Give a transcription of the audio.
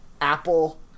Apple